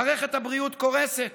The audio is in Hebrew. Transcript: מערכת הבריאות קורסת.